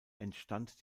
entstand